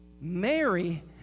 Mary